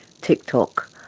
TikTok